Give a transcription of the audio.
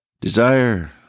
Desire